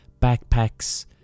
backpacks